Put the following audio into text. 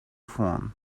phone